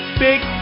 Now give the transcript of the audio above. big